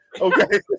okay